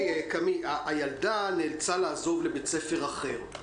הילדה נאלצה לעזוב לבית ספר אחר.